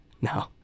No